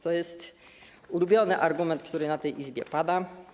To jest ulubiony argument, który w tej Izbie pada.